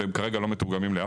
אתם מכירים?